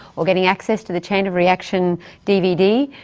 or getting access to the chain of reaction dvd,